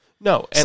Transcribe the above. No